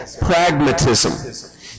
Pragmatism